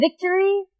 victory